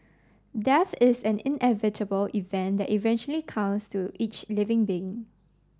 death is an inevitable event that eventually comes to each living being